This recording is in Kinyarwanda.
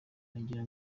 nagira